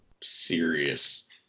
serious